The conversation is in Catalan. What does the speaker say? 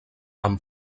amb